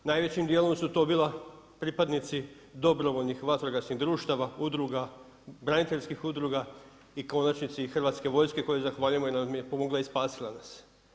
Najvećim dijelom su to bila pripadnici dobrovoljnih vatrogasnih društava, udruga, braniteljskih udruga i u konačnici i Hrvatske vojske kojoj zahvaljujemo jer nam je pomogla i spasila nas.